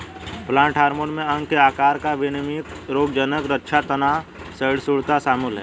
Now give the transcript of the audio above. plant hormone में अंग के आकार का विनियमन रोगज़नक़ रक्षा तनाव सहिष्णुता शामिल है